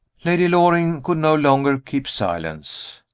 lady loring could no longer keep silence.